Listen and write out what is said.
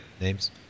names